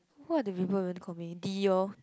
what do people even call me D orh